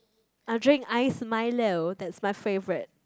I'll drink ice Milo that's my favourite